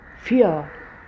fear